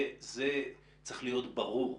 זה צריך להיות ברור.